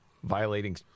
Violating